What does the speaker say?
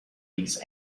these